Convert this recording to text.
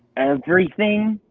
everything?